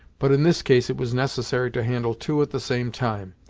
but in this case it was necessary to handle two at the same time,